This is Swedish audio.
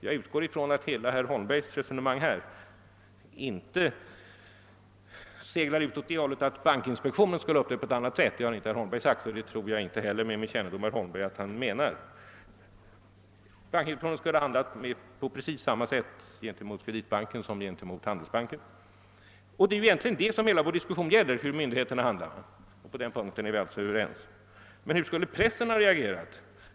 Jag utgår från att herr Holmbergs resonemang inte innebär att bankinspektionen skulle ha uppträtt på något annat sätt — det har herr Holmberg inte sagt och med den kännedom som jag har om herr Holmberg tror jag inte heller att han menade det. Bankinspektionen skulle ha handlat på precis samma sätt mot Kreditbanken som mot Handelsbanken. Det är egentligen också det som hela vår diskussion om myndigheternas handlande gäller, och på denna punkt är vi alltså överens. Men hur skulle pressen ha reagerat?